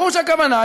ברור שהכוונה,